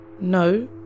No